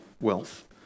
wealth